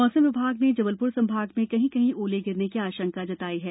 मौसम विभाग ने जबलपुर संभाग में कहीं कहीं ओले गिरने की भी आशंका दर्ज कराई है